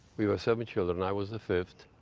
we were seven children. i was the fifth,